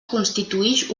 constituïx